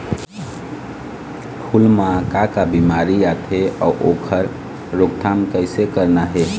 फूल म का का बिमारी आथे अउ ओखर रोकथाम कइसे करना हे?